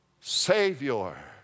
Savior